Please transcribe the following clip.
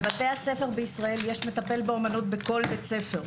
בבתי הספר בישראל יש מטפל באומנות בכל בית ספר.